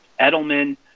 Edelman